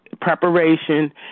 preparation